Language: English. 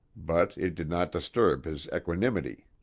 but it did not disturb his equanimity.